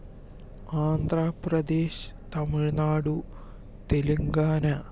Andhra Pradesh Tamil Nadu Telangana